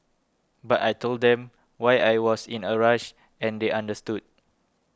but I told them why I was in a rush and they understood